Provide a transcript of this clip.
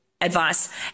advice